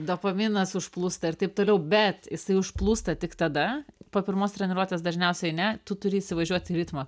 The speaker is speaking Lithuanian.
dopaminas užplūsta ir taip toliau bet jisai užplūsta tik tada po pirmos treniruotės dažniausiai ne tu turi įsivažiuoti į ritmą